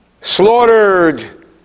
slaughtered